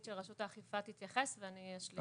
של רשות האכיפה תתייחס ואני אשלים.